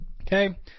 okay